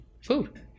food